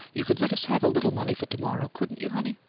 you could let us have a little money for to-morrow, couldn't you, honey?